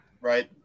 Right